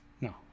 No